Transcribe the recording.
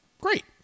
great